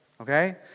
okay